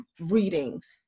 readings